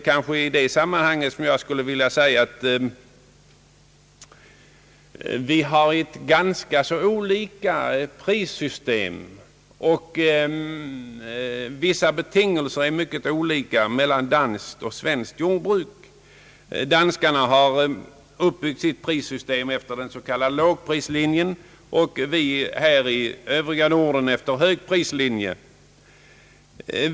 I det sammanhanget skulle jag också vilja påpeka, att såväl prissystem som vissa andra betingelser är mycket olika när det gäller danskt och svenskt jordbruk. Danskarna har uppbyggt sitt prissystem efter den s.k. lågprislinjen och vi i den övriga Norden efter högprislinjen.